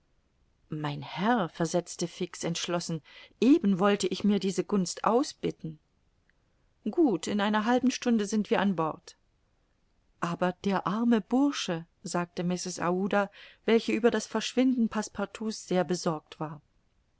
mein herr versetzte fix entschlossen eben wollte ich mir diese gunst ausbitten gut in einer halben stunde sind wir an bord aber der arme bursche sagte mrs aouda welche über das verschwinden passepartout's sehr besorgt war